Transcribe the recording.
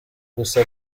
gusa